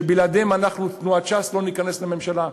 שבלעדיהם אנחנו, תנועת ש"ס, לא ניכנס לממשלה,